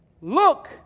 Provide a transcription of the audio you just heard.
Look